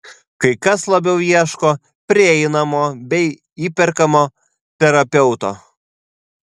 kai kas labiau ieško prieinamo bei įperkamo terapeuto